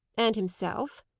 and himself?